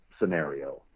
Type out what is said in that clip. scenario